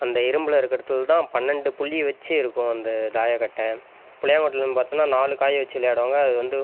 அந்த இரும்பில் இருக்கிறதுல தான் பன்னெண்டு புள்ளி வச்சு இருக்கும் அந்த தாயக்கட்டை புளியாங்கொட்டையிலன்னு பார்த்தோன்னா நாலு காய் வச்சு விளையாடுவாங்கள் அது வந்து